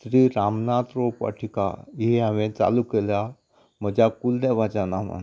श्री रामनाथ रोप वाटिका ही हांवेन चालू केल्यां म्हज्या कुलदेवाच्या नांवांन